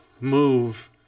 move